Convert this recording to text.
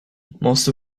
most